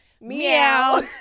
meow